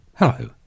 Hello